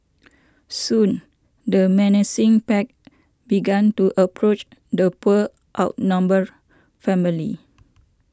soon the menacing pack began to approach the poor outnumbered family